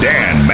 Dan